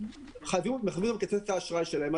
חייבים להחזיר את קיצוץ האשראי שלהם.